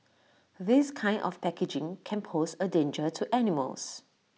this kind of packaging can pose A danger to animals